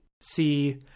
see